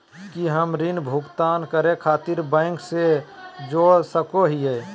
की हम ऋण भुगतान करे खातिर बैंक से जोड़ सको हियै?